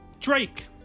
Drake